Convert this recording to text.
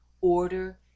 order